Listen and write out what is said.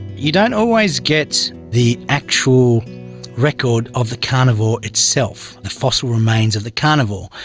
you don't always get the actual record of the carnivore itself, the fossil remains of the carnivore.